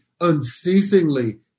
unceasingly